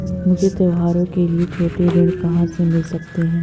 मुझे त्योहारों के लिए छोटे ऋण कहां से मिल सकते हैं?